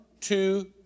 two